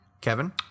Kevin